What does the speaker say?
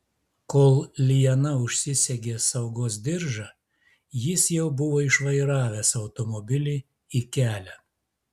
kol liana užsisegė saugos diržą jis jau buvo išvairavęs automobilį į kelią